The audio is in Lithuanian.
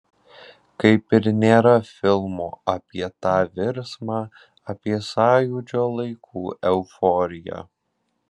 kaip ir nėra filmo apie tą virsmą apie sąjūdžio laikų euforiją